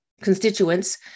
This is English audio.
constituents